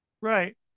Right